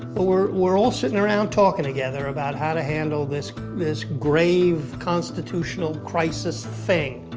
but we're we're all sitting around talking together about how to handle this this grave constitutional crisis thing.